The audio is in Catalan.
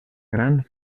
gran